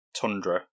Tundra